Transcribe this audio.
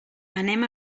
anem